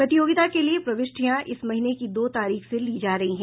प्रतियोगिता के लिए प्रविष्टियां इस महीने की दो तारीख से ली जा रही हैं